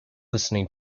listening